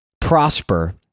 prosper